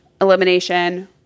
elimination